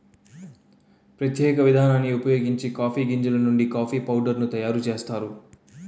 ప్రత్యేక విధానాన్ని ఉపయోగించి కాఫీ గింజలు నుండి కాఫీ పౌడర్ ను తయారు చేస్తారు